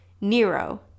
Nero